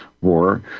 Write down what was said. war